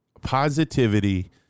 positivity